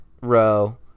row